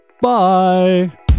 Bye